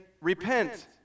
repent